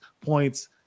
points